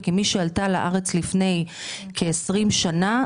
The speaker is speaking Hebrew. כמי שעלתה לארץ לפני כ-20 שנה,